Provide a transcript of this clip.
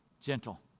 Gentle